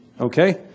Okay